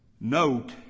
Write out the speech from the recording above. note